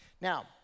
Now